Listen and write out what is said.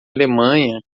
alemanha